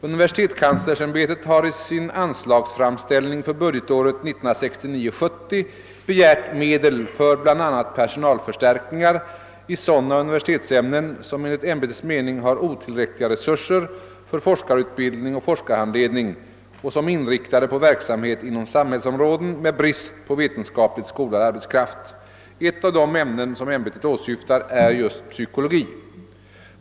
Universitetskanslersämbetet har i sin anslagsframställning för budgetåret 1969/70 begärt medel för bl.a. personalförstärkningar i sådana universitetsämnen som enligt ämbetets mening har otillräckliga resurser för forskarutbildning och forskarhandledning och som är inriktade på verksamhet inom samhällsområden med brist på vetenskapligt skolad arbetskraft. Ett av de ämnen som ämbetet åsyftar är just Psykologi.